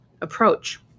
approach